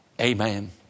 Amen